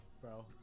bro